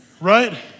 right